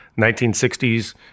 1960s